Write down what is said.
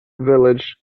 village